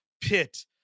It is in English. pit